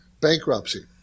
bankruptcy